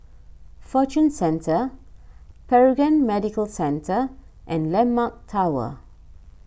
Fortune Centre Paragon Medical Centre and Landmark Tower